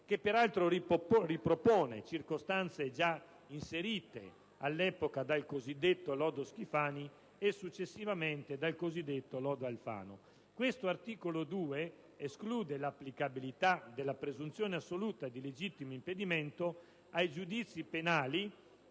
che, peraltro, ripropone circostanze già previste all'epoca dal cosiddetto lodo Schifani e, successivamente, del cosiddetto lodo Alfano. L'articolo 2, infatti, esclude l'applicabilità della presunzione assoluta di legittimo impedimento ai giudizi penali